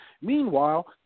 Meanwhile